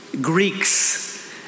Greeks